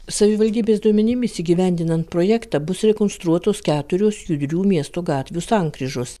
savivaldybės duomenimis įgyvendinant projektą bus rekonstruotos keturios judrių miesto gatvių sankryžos